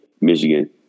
Michigan